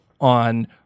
on